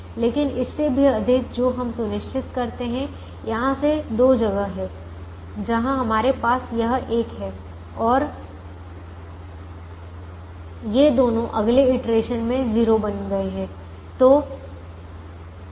लेकिन इससे भी अधिक जो हम सुनिश्चित करते हैं यहां से दो जगह हैं जहां हमारे पास यह एक है और ये दोनों अगले इटरेशन में 0 बन गए हैं